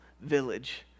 village